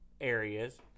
areas